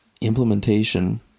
implementation